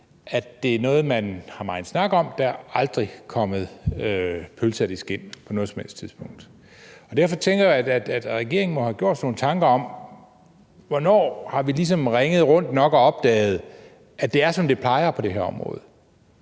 at det er noget, man har megen snak om, men der er aldrig kommet pølse af det skind på noget som helst tidspunkt. Derfor tænker jeg, at regeringen må have gjort sig nogle tanker om, hvornår vi ligesom har ringet nok rundt og opdaget, at det er, som det plejer på det område